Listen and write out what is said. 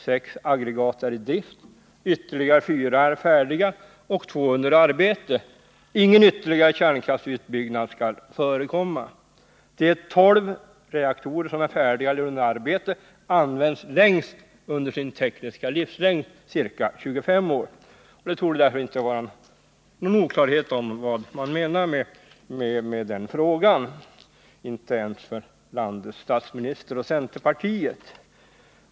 Sex aggregat är i drift, ytterligare fyra är färdiga och två under arbete. Ingen ytterligare kärnkraftsutbyggnad skall förekomma. De tolv reaktorer som är färdiga eller under arbete används längst under sin tekniska livslängd, ca 25 år. Det torde därför inte behöva råda någon oklarhet om vad som avsågs på den punkten — inte ens för landets statsminister och centerpartiet.